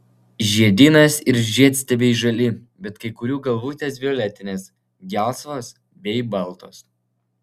žiedynas ir žiedstiebiai žali bet kai kurių galvutės violetinės gelsvos bei baltos